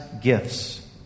gifts